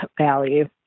value